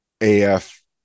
AF